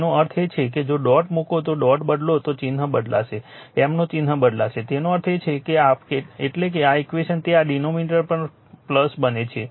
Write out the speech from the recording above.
તેનો અર્થ એ કે જો ડોટ મુકો તો ડોટ બદલો તો ચિહ્ન બદલાશે M નું ચિહ્ન બદલાશે તેનો અર્થ છે એટલે કે આ ઈક્વેશન તે આ ડિનોમિનેટર પણ બને છે